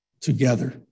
together